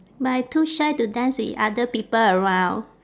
but I too shy to dance with other people around